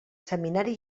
seminari